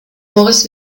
maurice